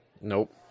Nope